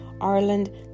Ireland